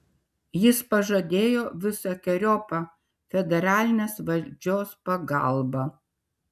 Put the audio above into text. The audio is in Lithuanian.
jis pažadėjo visokeriopą federalinės valdžios pagalbą